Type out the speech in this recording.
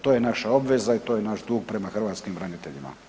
To je naša obveza i to je naš dug prema hrvatskim braniteljima.